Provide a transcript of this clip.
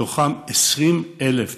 מתוכם 20,000,